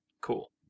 Cool